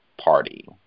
party